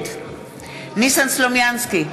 נגד ניסן סלומינסקי,